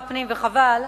וחבל,